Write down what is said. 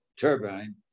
turbine